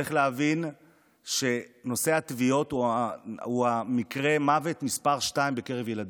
צריך להבין שנושא הטביעות הוא מקרה המוות מספר שתיים בקרב ילדים.